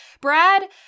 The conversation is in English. Brad